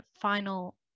final